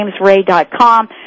jamesray.com